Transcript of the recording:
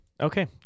Okay